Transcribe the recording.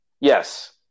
yes